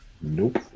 Nope